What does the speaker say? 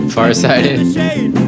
Farsighted